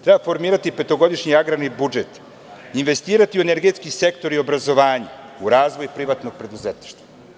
Treba formirati petogodišnji agrarni budžet, investirati u energetski sektor i obrazovanje, u razvoj privatnog preduzetništva.